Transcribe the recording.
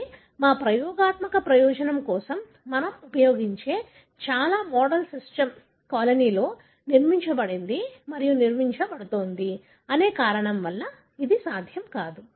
అంటే మా ప్రయోగాత్మక ప్రయోజనం కోసం మనం ఉపయోగించే చాలా మోడల్ సిస్టమ్ కాలనీలో నిర్మించబడింది మరియు నిర్వహించబడుతోంది అనే కారణం వల్ల అది సాధ్యం కాదు